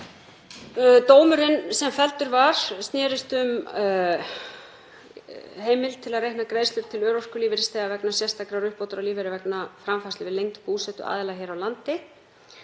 Dómurinn sem felldur var snerist um heimild til að reikna greiðslur til örorkulífeyrisþega vegna sérstakrar uppbótar á lífeyri vegna framfærslu við lengd búsetu aðila hér á landi.